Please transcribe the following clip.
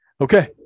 Okay